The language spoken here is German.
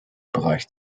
bereich